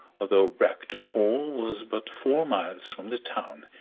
although bragton hall was but four miles from the town,